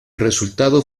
resultado